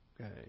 Okay